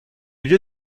lieu